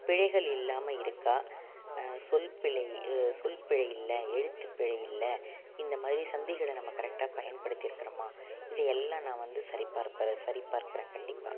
பிழைகள் இல்லாமல் இருக்கா சொல் பிழை சொல் பிழை இல்லை எழுத்து பிழை இல்லை இந்தமாதிரி சந்திகளை நம்ம கரெக்டாக பயன்படுத்திருக்குறோமா இது எல்லாம் நான் வந்து சரி பார் சரி பார்க்கிறேன் கண்டிப்பாக